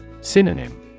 Synonym